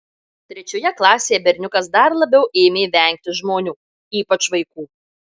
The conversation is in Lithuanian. trečioje klasėje berniukas dar labiau ėmė vengti žmonių ypač vaikų